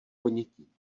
ponětí